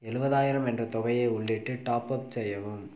எழுபதாயிரம் என்ற தொகையை உள்ளிட்டு டாப்அப் செய்யவும்